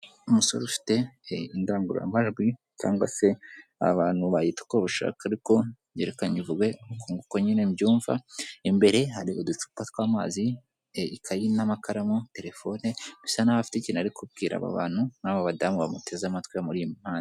Umusore ufite indangururamajwi cyangwa se abantu bayita uko bashaka ariko nge reka nyivuge nkuko nyine mbyumva, mbere hari uducupa tw'amazi, ikayi n'amakaramu, telefone, bisa na ho afite ikintu arimo kubwira aba bantu n'aba badamu bamuteze amatwi bamuri impande.